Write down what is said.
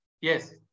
Yes